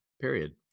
Period